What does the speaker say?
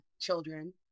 children